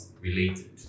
related